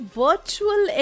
virtual